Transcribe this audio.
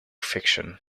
fiction